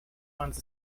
ones